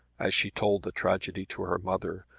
as she told the tragedy to her mother,